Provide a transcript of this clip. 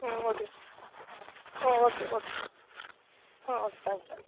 ம் okay hmm okay okay hmm okay thank you thank you